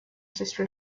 sister